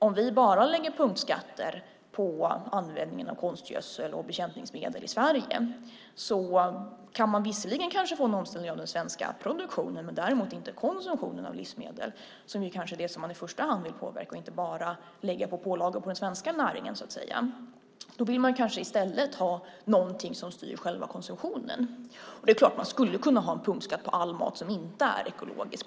Om vi bara lägger punktskatter på användningen av konstgödsel och bekämpningsmedel i Sverige går det kanske att få en omställning av den svenska produktionen, däremot inte konsumtionen, av livsmedel som kanske är det som man i första hand vill påverka i stället för att bara lägga pålagor på den svenska näringen så att säga. I stället vill man kanske ha någonting som styr själva konsumtionen. Det är klart att man skulle kunna ha en punktskatt på all mat som inte är ekologisk.